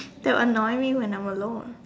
that will annoy me when I'm alone